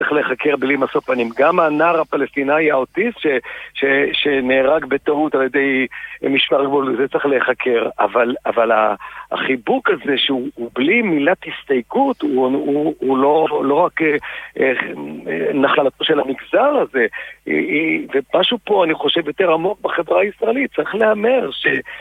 זה צריך להיחקר בלי משוא פנים. גם הנער הפלסטיני האוטיסט שנהרג בטעות על ידי משמר הגבול, זה צריך להיחקר. אבל החיבוק הזה, שהוא בלי מילת הסתייגות, הוא לא רק נחלתו של המגזר הזה. ומשהו פה, אני חושב, יותר עמוק בחברה הישראלית. צריך לאמר ש...